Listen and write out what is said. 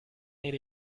need